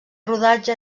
rodatge